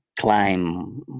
climb